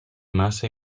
massa